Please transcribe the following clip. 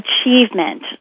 achievement